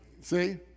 See